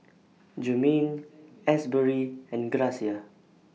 Jermaine Asbury and Gracia